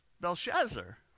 Belshazzar